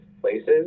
places